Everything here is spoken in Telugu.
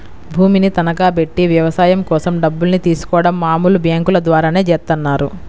భూమిని తనఖాబెట్టి వ్యవసాయం కోసం డబ్బుల్ని తీసుకోడం మామూలు బ్యేంకుల ద్వారానే చేత్తన్నారు